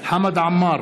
חמד עמאר,